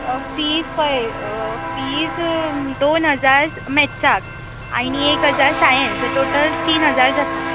fees पळय fees दोन हजार मॅत्साक आनी एक हजार सायंस सो टोटल तीन हजार जाता